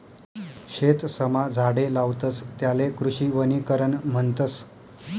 शेतसमा झाडे लावतस त्याले कृषी वनीकरण म्हणतस